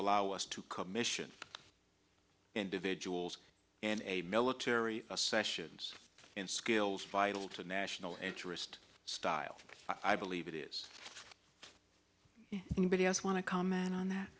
allow us to commission individuals in a military sessions in skills vital to national interest style i believe it is anybody else want to comment on that